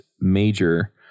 major